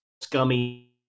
scummy